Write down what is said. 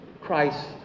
Christ